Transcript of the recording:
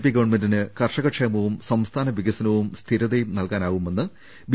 P ഗവൺമെന്റിന് കർഷക ക്ഷേമവും സംസ്ഥാന വികസനവും സ്ഥിരതയും നൽകാനാവുമെന്ന് ബി